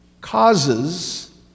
causes